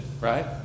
right